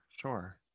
Sure